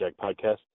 Podcast